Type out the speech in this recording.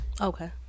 okay